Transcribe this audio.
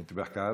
אתה מדבר בערבית?